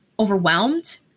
overwhelmed